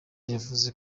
yavuze